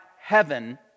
heaven